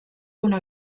una